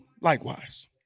likewise